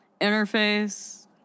interface